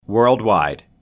Worldwide